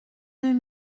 deux